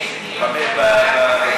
מליאה.